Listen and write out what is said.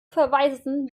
verweisen